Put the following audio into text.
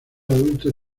adulto